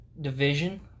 division